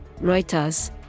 Reuters